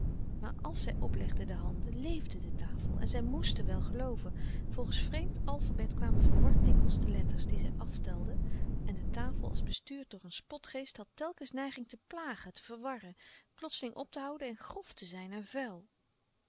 maar àls zij oplegden de handen leefde de tafel en zij moesten wel gelooven volgens vreemd alfabet kwamen verward dikwijls de letters die zij aftelden en de tafel als bestuurd door een spotgeest had telkens neiging te plagen te verwarren plotseling op te houden en grof te zijn en vuil